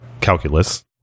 calculus